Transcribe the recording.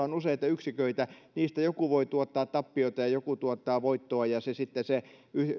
on useita yksiköitä ja niistä joku voi tuottaa tappiota ja joku tuottaa voittoa mutta